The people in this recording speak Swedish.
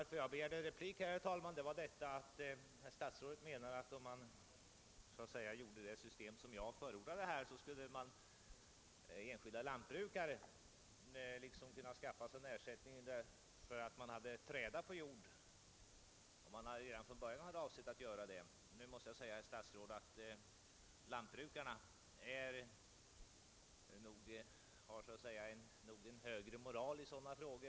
Att jag begärde ordet på nytt beror, herr talman, på att herr statsrådet menar att om man införde det system som jag förordar, så skulle enskilda lantbrukare kunna skaffa sig en ersättning för att de låter jord ligga i träda, ehuru de redan från början avsett att göra på detta sätt. Jag måste säga att lantbrukarna nog har en högre moral i sådana fall.